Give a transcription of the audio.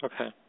Okay